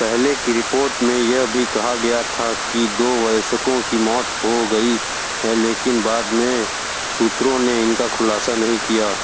पहले की रिपोर्ट में यह भी कहा गया था कि दो वयसकों की मौत हो गई लेकिन बाद में सूत्रों ने इनका ख़ुलासा नहीं किया